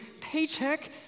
paycheck